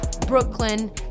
Brooklyn